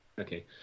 Okay